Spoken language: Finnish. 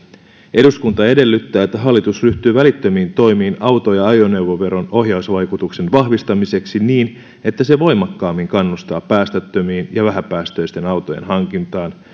eduskunta edellyttää että hallitus ryhtyy välittömiin toimiin auto ja ajoneuvoveron ohjausvaikutuksen vahvistamiseksi niin että se voimakkaammin kannustaa päästöttömien ja vähäpäästöisten autojen hankintaan